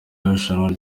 irushanwa